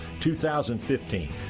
2015